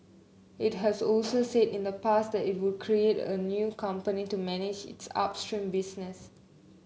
it has also said in the past that it would create a new company to manage its upstream business